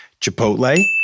Chipotle